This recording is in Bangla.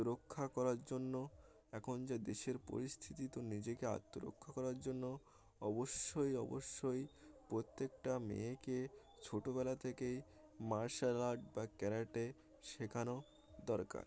রক্ষা করার জন্য এখন যে দেশের পরিস্থিতি তো নিজেকে আত্মরক্ষা করার জন্য অবশ্যই অবশ্যই প্রত্যেকটা মেয়েকে ছোটোবেলা থেকেই মার্শাল আর্ট বা ক্যারেটে শেখানো দরকার